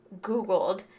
Googled